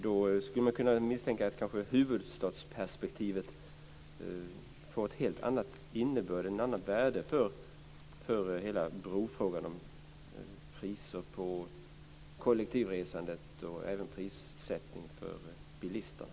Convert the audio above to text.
Då skulle man kunna misstänka att huvudstadsperspektivet fått en helt annan innebörd, ett helt annat värde för hela brofrågan, för priser på kollektivresandet och även prissättningen för bilisterna.